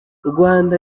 rwanda